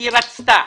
והיא רצתה.